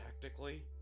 tactically